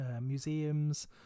museums